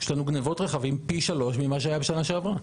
יש לנו גניבות רכבים פי שלוש ממה שהיה בשנה שעברה.